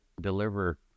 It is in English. deliver